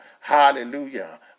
Hallelujah